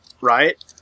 Right